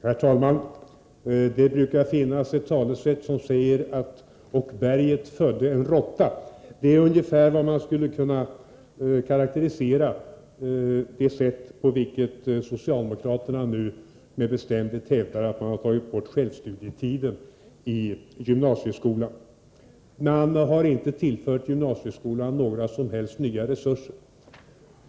Herr talman! Det finns ett talesätt som lyder: Berget födde en råtta. Det är ungefär så man skulle kunna karakterisera det sätt på vilket socialdemokraterna nu med bestämdhet hävdar att man har tagit bort självstudietiden i gymnasieskolan. Man har inte tillfört gymnasieskolan några som helst nya resurser.